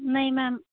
नहीं मैम